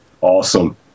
awesome